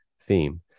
theme